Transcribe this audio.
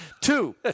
Two